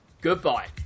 goodbye